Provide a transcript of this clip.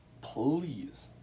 please